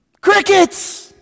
Crickets